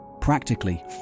Practically